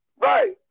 Right